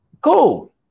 Cool